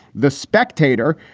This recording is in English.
the spectator,